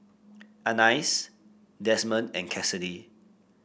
Anais Desmond and Cassidy